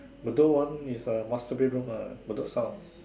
Bedok one is a master bed room ah Bedok South